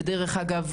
ודרך אגב,